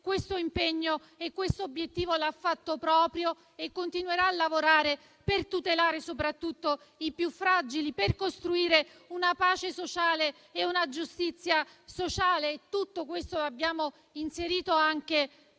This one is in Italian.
questo impegno e questo obiettivo e continuerà a lavorare per tutelare soprattutto i più fragili e costruire una pace e una giustizia sociale. Tutto questo lo abbiamo inserito anche